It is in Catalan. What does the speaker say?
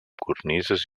cornises